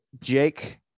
Jake